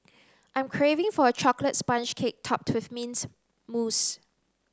I'm craving for a chocolate sponge cake topped with mint mousse